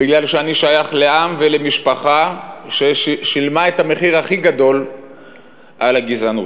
בגלל שאני שייך לעם ולמשפחה ששילמה את המחיר הכי גדול על הגזענות.